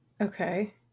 Okay